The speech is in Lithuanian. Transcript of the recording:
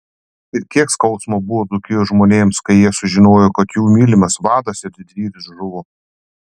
ir kiek skausmo buvo dzūkijos žmonėms kai jie sužinojo kad jų mylimas vadas ir didvyris žuvo